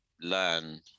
learn